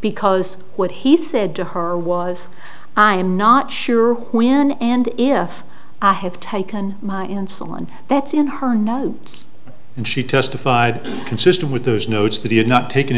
because what he said to her was i am not sure when and if i have taken my insulin that's in her notes and she testified consistent with those notes that he had not tak